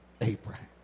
Abraham